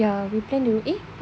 ya we plan the eh